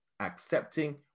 accepting